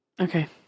Okay